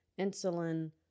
insulin